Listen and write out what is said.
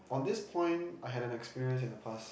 on this point I had an experience in the past